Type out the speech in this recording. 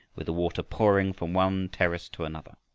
with the water pouring from one terrace to another.